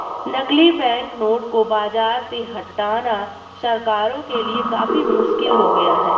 नकली बैंकनोट को बाज़ार से हटाना सरकारों के लिए काफी मुश्किल हो गया है